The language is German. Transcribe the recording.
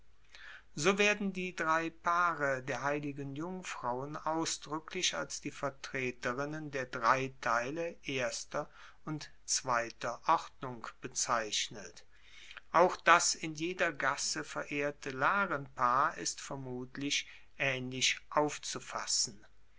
so werden die drei paare der heiligen jungfrauen ausdruecklich als die vertreterinnen der drei teile erster und zweiter ordnung bezeichnet auch das in jeder gasse verehrte larenpaar ist vermutlich aehnlich aufzufassen